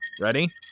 Ready